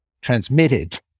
transmitted